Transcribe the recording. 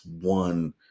one